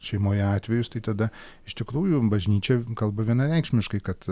šeimoj atvejus tai tada iš tikrųjų bažnyčia kalba vienareikšmiškai kad